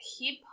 Hip